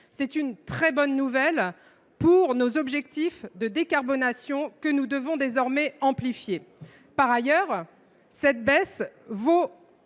C’est une très bonne nouvelle pour nos objectifs de décarbonation, que nous devons désormais amplifier. J’ajoute que cette baisse vaut